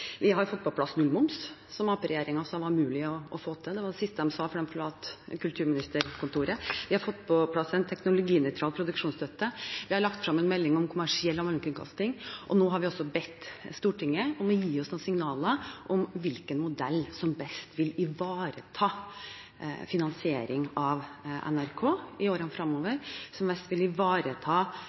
Vi har fått på plass nullmoms, som arbeiderpartiregjeringen sa var umulig å få til – det var det siste de sa før de forlot kulturministerkontoret. Vi har fått på plass en teknologinøytral produksjonsstøtte, vi har lagt frem en melding om kommersiell allmennkringkasting, og nå har vi også bedt Stortinget om å gi oss noen signaler om hvilken modell som best vil ivareta finansiering av NRK i årene framover, som best vil ivareta